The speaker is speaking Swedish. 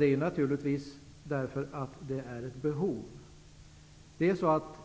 är naturligtvis att det finns ett behov av denna satsning.